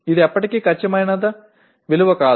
அது ஒருபோதும் சரியான மதிப்பாக இருக்க முடியாது